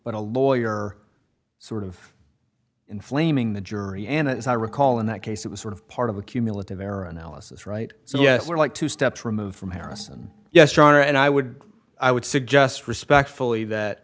but a lawyer sort of inflaming the jury and as i recall in that case it was sort of part of a cumulative error analysis right so yes we're like two steps removed from harrison yes your honor and i would i would suggest respectfully